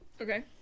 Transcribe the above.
Okay